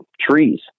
trees